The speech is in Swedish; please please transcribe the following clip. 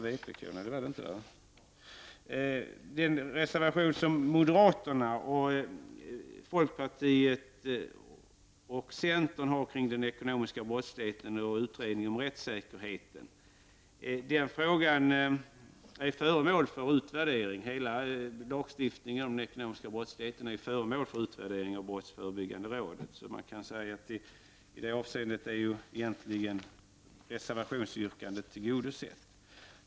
Beträffande reservationen från moderaterna, folkpartiet och centern om den ekonomiska brottsligheten och utredningen om rättssäkerheten kan jag säga att den lagstiftningen är föremål för utvärdering av brottsförebyggande rådet. Man kan säga att i det avseendet är reservationsyrkandet tillgodosett.